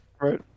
Right